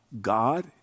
God